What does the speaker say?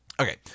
okay